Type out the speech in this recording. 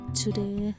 today